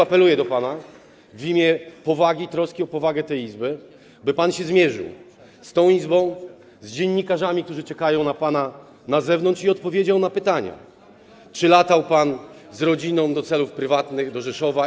Apeluję do pana w imię powagi i troski o powagę tej Izby, by pan się zmierzył z tą Izbą, z dziennikarzami, którzy czekają na pana na zewnątrz, i odpowiedział na pytania: Czy latał pan z rodziną w celach prywatnych do Rzeszowa?